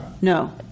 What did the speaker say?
no